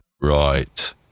Right